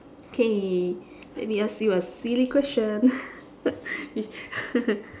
okay let me ask you a silly question